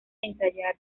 ensayar